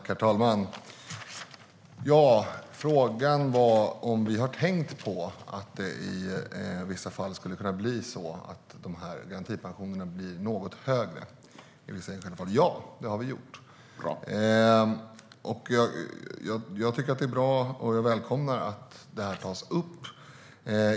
Herr talman! Frågan var om vi har tänkt på att det i vissa fall skulle kunna bli så att garantipensionerna blir något högre. Ja, det har vi gjort. Jag tycker att det är bra, och jag välkomnar att det här tas upp.